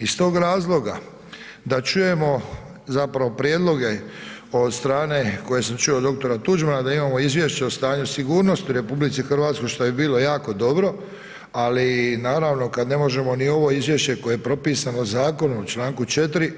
Iz tog razloga da čujemo zapravo prijedloge od strane koje sam čuo od dr. Tuđmana da imamo izvješće od stanju sigurnosti u RH što bi bilo jako dobro ali naravno kad ne možemo ni ovo izvješće koje je propisano zakonom u članku 4.